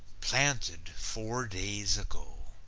planted four days ago,